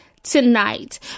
tonight